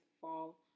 fall